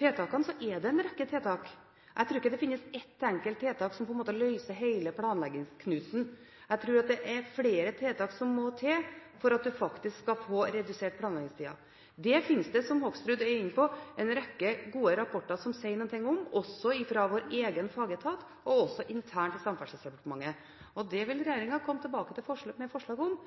tiltakene, er det en rekke tiltak. Jeg tror ikke det finnes ett enkelt tiltak som løser hele planleggingsknuten. Jeg tror at det er flere tiltak som må til for at man faktisk skal få redusert planleggingstiden. Det finnes det – som Hoksrud er inne på – en rekke gode rapporter som sier noe om, også fra vår egen fagetat og internt i Samferdselsdepartementet. Det vil regjeringen komme tilbake med forslag om